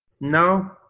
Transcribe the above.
no